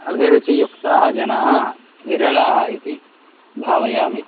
अभिरुचियुक्ताः जनाः विरलाः इति भावयामि